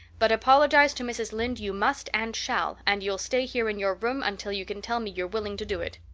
but apologize to mrs. lynde you must and shall and you'll stay here in your room until you can tell me you're willing to do it.